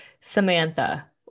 Samantha